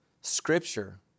scripture